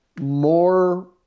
more